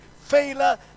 Failure